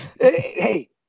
hey